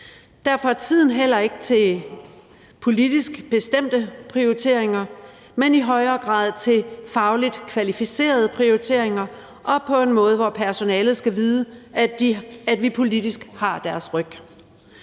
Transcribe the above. Derfor er tiden heller ikke til politisk bestemte prioriteringer, men i højere grad til fagligt kvalificerede prioriteringer og på en måde, hvor personalet skal vide, at vi politisk har deres ryg.